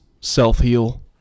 self-heal